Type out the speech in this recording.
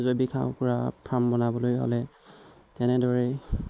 জৈৱিক হাঁহ কুকুৰাৰ ফাৰ্ম বনাবলৈ হ'লে তেনেদৰেই